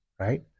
right